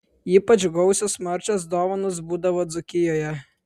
ypač gausios marčios dovanos būdavo dzūkijoje